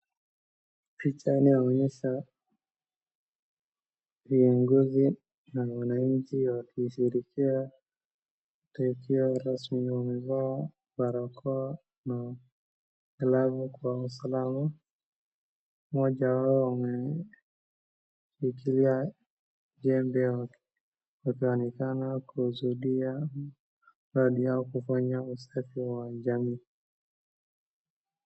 Picha inayoonyesha viongozi na wananchi wakisherehekea tukio rasmi, wamevaa barakoa na glove kwa mikono yao, mmoja wao ameshikilia jembe wakionekana kuhusudia ardhi au kufanya usafi wa jamii.